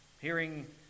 Hearing